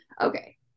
okay